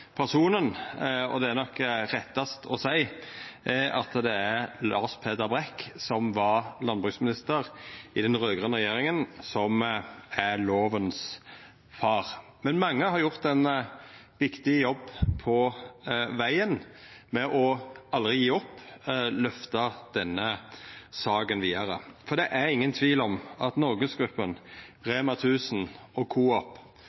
personen, og det er nok rettast å seia at det er Lars Peder Brekk, som var landbruksminister i den raud-grøne regjeringa, som er lovas far. Men mange har gjort ein viktig jobb på vegen med å aldri gje opp og løfta denne saka vidare. Det er ingen tvil om at NorgesGruppen, Rema 1000 og